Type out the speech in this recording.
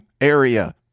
area